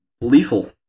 lethal